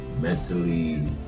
mentally